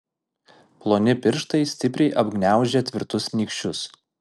ploni pirštai stipriai apgniaužę tvirtus nykščius